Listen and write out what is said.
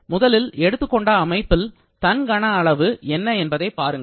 முதலில் எடுத்துக்கொண்ட அமைப்பில் தன் கன அளவு என்ன என்பதை பாருங்கள்